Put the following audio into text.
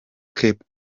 cape